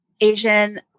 Asian